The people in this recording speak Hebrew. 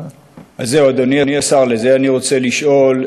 אז זהו אדוני השר, על זה אני רוצה לשאול.